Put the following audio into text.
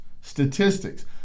statistics